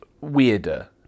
weirder